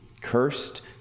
Cursed